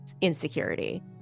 insecurity